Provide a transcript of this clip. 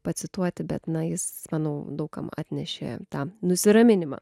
pacituoti bet na jis manau daug kam atnešė tą nusiraminimą